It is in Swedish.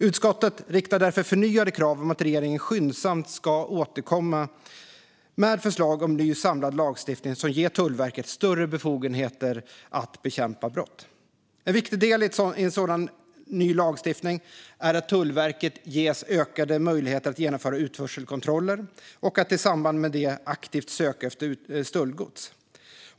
Utskottet riktar därför förnyade krav om att regeringen skyndsamt ska återkomma med förslag om en ny samlad lagstiftning som ger Tullverket större befogenheter att bekämpa brott. En viktig del i en sådan ny lagstiftning är att Tullverket ges ökade möjligheter att genomföra utförselkontroller och att i samband med det aktivt söka efter stöldgods.